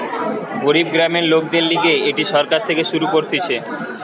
গরিব গ্রামের লোকদের লিগে এটি সরকার থেকে শুরু করতিছে